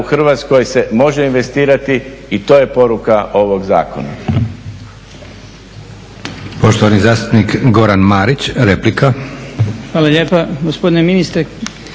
Hrvatskoj se može investirati i to je poruka ovog zakona.